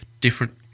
different